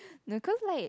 no cause like